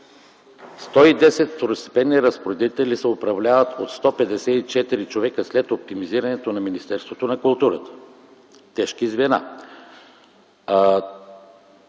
110 второстепенни разпоредители се управляват от 154 човека след оптимизирането на Министерството на културата – тежки звена.